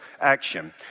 action